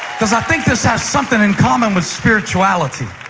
because i think this has something in common with spirituality.